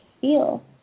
feel